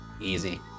Easy